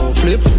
flip